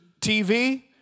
TV